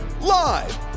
Live